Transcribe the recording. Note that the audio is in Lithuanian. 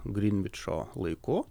grinvičo laiku